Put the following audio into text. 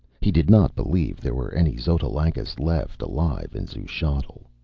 he did not believe there were any xotalancas left alive in xuchotl.